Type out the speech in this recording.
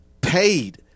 paid